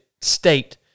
state